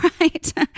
right